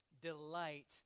delight